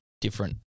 different